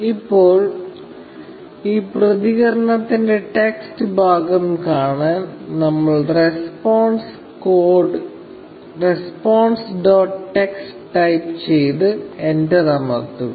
ഇപ്പോൾ ഈ പ്രതികരണത്തിന്റെ ടെക്സ്റ്റ് ഭാഗം കാണാൻ നമ്മൾ രേസ്പോൻസ് ഡോട്ട് ടെക്സ്റ്റ് ടൈപ്പ് ചെയ്ത് എന്റർ അമർത്തുക